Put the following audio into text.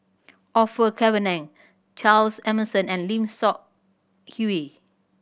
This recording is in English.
Orfeur Cavenagh Charles Emmerson and Lim Seok Hui